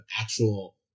actual